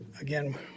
Again